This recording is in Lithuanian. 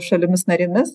šalimis narėmis